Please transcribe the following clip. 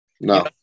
No